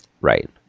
Right